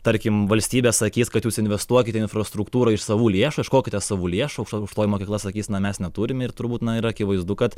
tarkim valstybė sakys kad jūs investuokite į infrastruktūrą iš savų lėšų ieškokite savų lėšų aukštoji mokykla sakys na mes neturime ir turbūt na ir akivaizdu kad